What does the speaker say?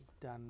done